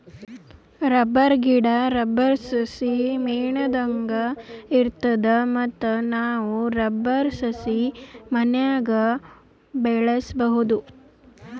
rubber ಗಿಡಾ, rubber ಸಸಿ ಮೇಣದಂಗ್ ಇರ್ತದ ಮತ್ತ್ ನಾವ್ ರಬ್ಬರ್ ಸಸಿ ಮನ್ಯಾಗ್ ಬೆಳ್ಸಬಹುದ್